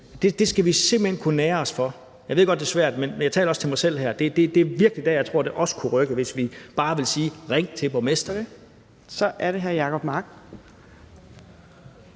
det skal vi simpelt hen kunne nære os for. Jeg ved godt, det er svært, men jeg taler også til mig selv her, men det er der, jeg virkelig tror det også kunne rykke, hvis vi bare ville sige: Ring til borgmesteren! Kl. 16:30 Fjerde